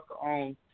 on